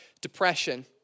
depression